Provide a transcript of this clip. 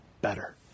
better